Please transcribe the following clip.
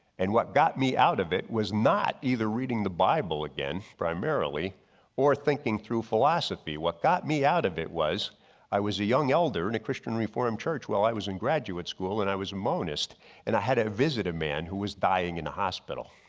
and what got me out of it was not either reading the bible again primarily or thinking through philosophy. what got me out of it was i was a young elder in a christian reformed church while i was in graduate school and i was monist and i had a visit a man who was dying in the hospital.